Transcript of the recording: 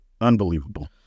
unbelievable